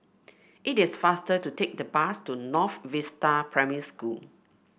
it is faster to take the bus to North Vista Primary School